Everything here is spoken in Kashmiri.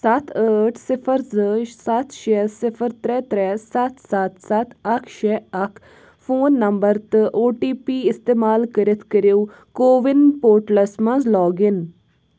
ستھ ٲٹھ صِفر زٕ ستھ شےٚ صِفر ترٛےٚ ترٛےٚ ستھ ستھ ستھ اکھ شےٚ اکھ فون نمبر تہٕ او ٹی پی استعمال کٔرِتھ کٔرِو کو وِن پورٹلس مَنٛز لاگ اِن